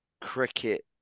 cricket